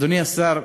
אדוני השר,